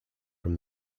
from